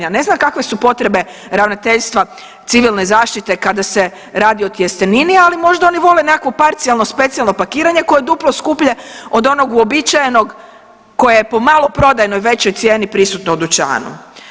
Ja ne znam kakve su potrebe Ravnateljstva civilne zaštite kada se radi o tjestenini, ali možda oni vole nekakvo parcijalno, specijalno pakiranje koje je duplo skuplje od onog uobičajenog koje je po maloprodajnoj većoj cijeni prisutno u dućanu.